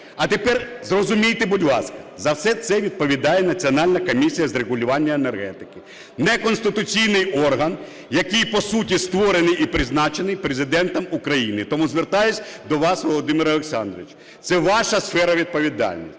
А тепер зрозумійте, будь ласка, за все це відповідає Національна комісія з регулювання енергетики – неконституційний орган, який, по суті, створений і призначений Президентом України. Тому звертаюсь до вас, Володимир Олександрович, це ваша сфера відповідальності.